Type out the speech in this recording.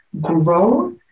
grow